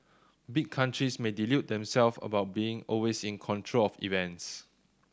big countries may delude themselves about being always in control of events